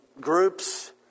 groups